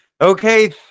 okay